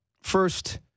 First